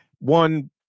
One